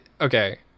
Okay